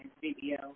video